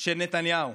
של נתניהו.